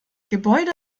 gebäude